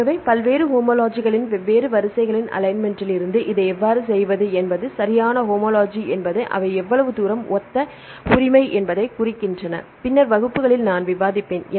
ஆகவே பல்வேறு ஹோமோலஜிகளின் வெவ்வேறு வரிசைகளின் அலைன்மென்ட்டிலிருந்து இதை எவ்வாறு செய்வது என்பது சரியான ஹோமோலஜி என்பது அவை எவ்வளவு தூரம் ஒத்த உரிமை என்பதைக் குறிக்கின்றன பின்னர் வகுப்புகளில் நான் விவாதிப்பேன்